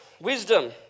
wisdom